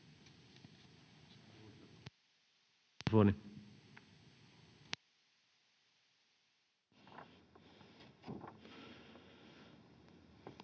Kiitos.